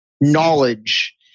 knowledge